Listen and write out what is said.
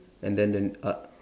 and then then uh